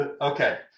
Okay